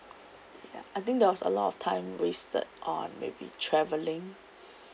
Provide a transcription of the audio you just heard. I think there was a lot of time wasted on maybe travelling